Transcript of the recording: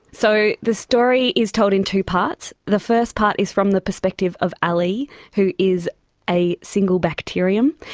so the story is told in two parts. the first part is from the perspective of ali, who is a single bacterium,